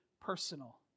personal